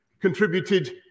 contributed